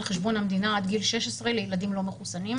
חשבון המגינה עד גיל 16 לילדים לא מחוסנים,